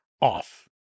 off